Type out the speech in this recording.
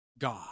God